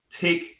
take